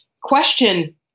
Question